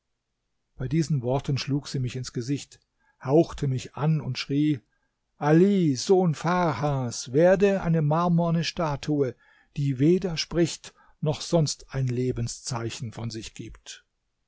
bei diesen worten schlug sie mich ins gesicht hauchte mich an und schrie ali sohn farhas werde eine marmorne statue die weder spricht noch sonst ein lebenszeichen von sich gibt